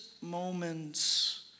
moments